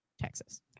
texas